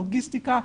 הלוגיסטיקה,